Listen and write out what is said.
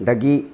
ꯗꯒꯤ